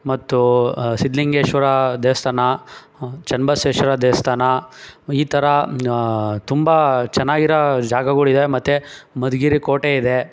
ಮತ್ತು ಸಿದ್ದಲಿಂಗೇಶ್ವರ ದೇವಸ್ಥಾನ ಚನ್ನಬಸ್ವೇಶ್ವರ ದೇವಸ್ಥಾನ ಈ ಥರ ತುಂಬ ಚೆನ್ನಾಗಿರೋ ಜಾಗಗಳು ಇದೆ ಮತ್ತು ಮಧುಗಿರಿ ಕೋಟೆ ಇದೆ